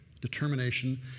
determination